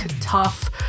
tough